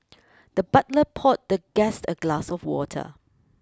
the butler poured the guest a glass of water